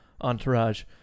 entourage